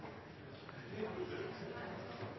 mer